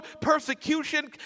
persecution